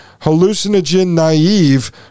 hallucinogen-naive